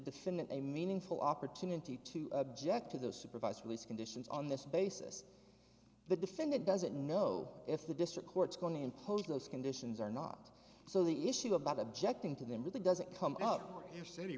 defendant a meaningful opportunity to object to the supervised release conditions on this basis the defendant doesn't know if the district court's going to impose those conditions or not so the issue about objecting to them really doesn't come up for air city